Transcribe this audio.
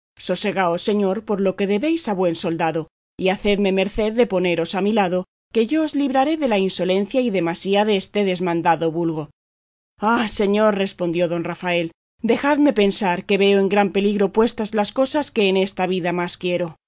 sosegaos señor por lo que debéis a buen soldado y hacedme merced de poneros a mi lado que yo os libraré de la insolencia y demasía deste desmandado vulgo ah señor respondió don rafael dejadme pasar que veo en gran peligro puestas las cosas que en esta vida más quiero